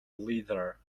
leather